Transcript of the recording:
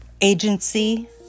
agency